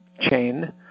chain